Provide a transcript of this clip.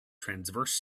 transverse